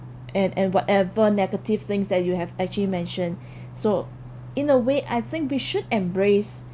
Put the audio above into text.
and and whatever negative things that you have actually mentioned so in a way I think we should embrace